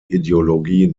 ideologie